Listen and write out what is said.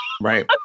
right